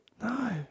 No